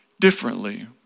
differently